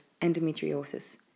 endometriosis